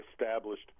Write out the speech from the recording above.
established